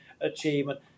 achievement